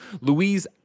Louise